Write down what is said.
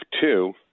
two